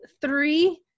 three